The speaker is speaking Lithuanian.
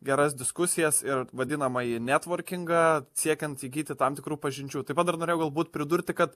geras diskusijas ir vadinamąjį netvarkingą siekiant įgyti tam tikrų pažinčių taip pat dar norėjau galbūt pridurti kad